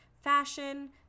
fashion